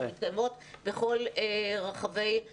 שמתקיימות בכל הארץ.